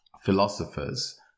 philosophers